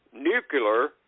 Nuclear